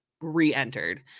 re-entered